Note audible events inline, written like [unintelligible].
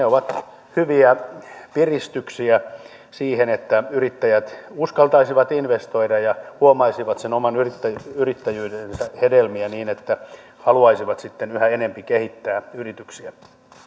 [unintelligible] ovat hyviä piristyksiä siihen että yrittäjät uskaltaisivat investoida ja huomaisivat sen oman yrittäjyytensä hedelmiä niin että haluaisivat sitten yhä enempi kehittää yrityksiä